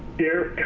here.